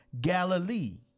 Galilee